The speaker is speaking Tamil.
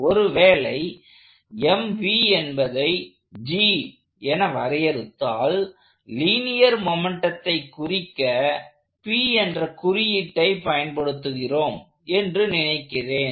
ஒருவேளை mv என்பதை G என வரையறுத்தால் லீனியர் மொமெண்டத்தை குறிக்க P என்ற குறியீட்டை பயன்படுத்துகிறோம் என்று நினைக்கிறேன்